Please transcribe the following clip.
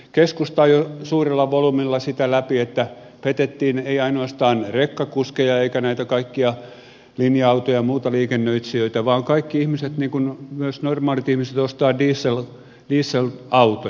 keskusta ajoi suurella volyymilla läpi sitä että petettiin ei ainoastaan rekkakuskit ja nämä kaikki linja auto ja muut liikennöitsijät vaan kaikki ihmiset kun myös normaalit ihmiset ostavat dieselautoja